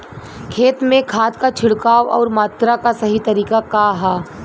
खेत में खाद क छिड़काव अउर मात्रा क सही तरीका का ह?